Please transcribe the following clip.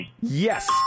Yes